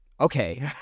okay